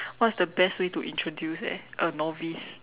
what is the best way to introduce eh a novice